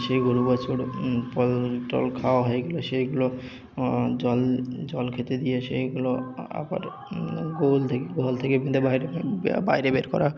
সেই গোরু বাছুরের ফল টল খাওয়া হয়ে গেলে সেইগুলো জল জল খেতে দিয়ে সেইগুলো আবার গোয়াল থেকে গোয়াল থেকে বেঁধে বাইরে বাইরে বের করা